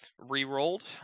Rerolled